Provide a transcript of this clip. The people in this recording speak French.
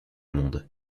monde